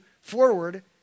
forward